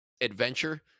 adventure